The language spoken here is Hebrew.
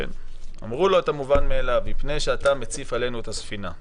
אמרו לו את המובן מאליו: מפני שאתה מציף עלינו את הספינה.